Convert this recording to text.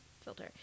filter